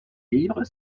livre